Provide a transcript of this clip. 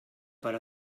per